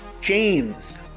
James